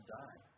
die